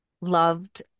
loved